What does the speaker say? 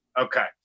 Okay